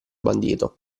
bandito